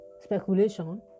Speculation